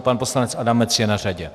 Pan poslanec Adamec je na řadě.